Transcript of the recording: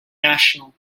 national